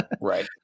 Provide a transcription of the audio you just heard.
right